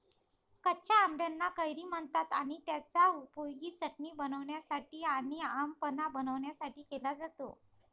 कच्या आंबाना कैरी म्हणतात आणि त्याचा उपयोग चटणी बनवण्यासाठी आणी आम पन्हा बनवण्यासाठी केला जातो